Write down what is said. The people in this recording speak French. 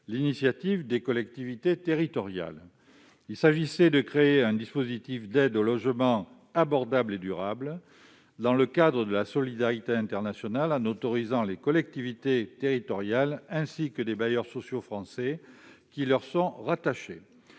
l'initiative des collectivités territoriales. Il s'agissait de créer un dispositif d'aide au logement abordable et durable dans le cadre de la solidarité internationale, en autorisant les collectivités territoriales, ainsi que les bailleurs sociaux français qui leur sont rattachés,